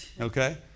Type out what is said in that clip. Okay